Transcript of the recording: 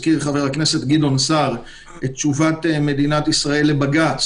הזכיר חבר הכנסת גדעון סער את תשובת מדינת ישראל לבג"ץ